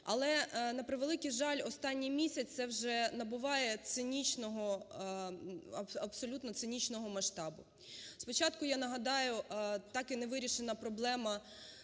Але, на превеликий жаль, останній місяці це вже набуває цинічного масштабу. Спочатку я нагадую, так і не вирішена проблема,